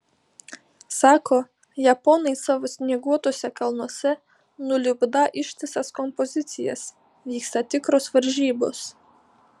sako japonai savo snieguotuose kalnuose nulipdą ištisas kompozicijas vyksta tikros varžybos